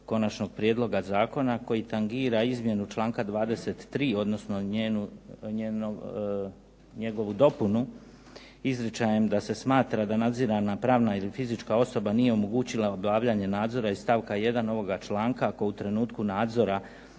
konačnog prijedloga zakona koji tangira izmjenu članka 23., odnosno njegovu dopunu izričajem da se smatra da nadzirana pravna ili fizička osoba nije omogućila obavljanje nadzora iz stavka 1. ovoga članka ako u trenutku nadzora